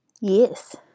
Yes